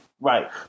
Right